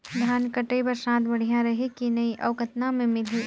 धान कटाई बर साथ बढ़िया रही की नहीं अउ कतना मे मिलही?